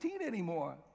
anymore